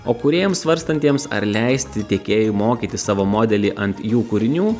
o kūrėjams svarstantiems ar leisti tiekėjui mokytis savo modelį ant jų kūrinių